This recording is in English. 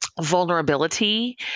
Vulnerability